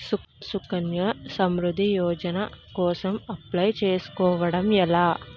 సుకన్య సమృద్ధి యోజన కోసం అప్లయ్ చేసుకోవడం ఎలా?